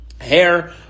hair